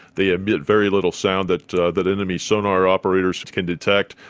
they emit very little sound that that enemy sonar operators can detect.